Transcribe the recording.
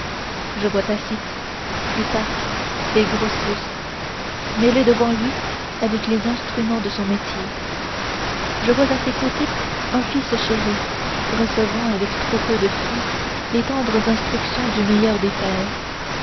je vois tacite plutarque et grotius mêlés devant lui avec les instruments de son métier je vois à ses côtés un fils chéri recevant avec trop peu de fruit les tendres instructions du meilleur des pères